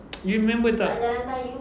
you remember tak